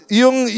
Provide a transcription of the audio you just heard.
yung